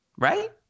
Right